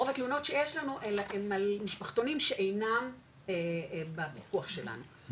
רוב התלונות שיש לנו הן על משפחתונים שאינם בפיקוח שלנו.